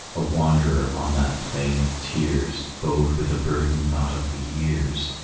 a wanderer on that plain of tears, bowed with a burden not of the years,